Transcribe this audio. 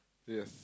yes